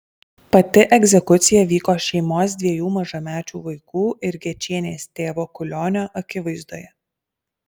pati egzekucija vyko šeimos dviejų mažamečių vaikų ir gečienės tėvo kulionio akivaizdoje